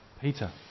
Peter